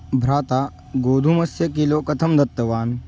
भ्राता गोधूमस्य किलो कथं दत्तवान्